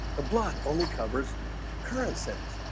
the blood only covers current cents